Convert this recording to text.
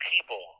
people